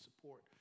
support